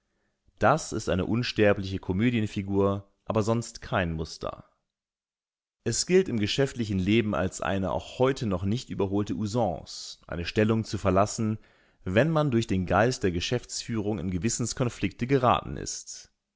das ist eine unsterbliche komödienfigur aber sonst kein muster es gilt im geschäftlichen leben als eine auch heute noch nicht überholte usance eine stellung zu verlassen wenn man durch den geist der geschäftsführung in gewissenskonflikte geraten ist